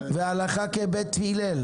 ואסביר מדוע.